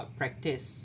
practice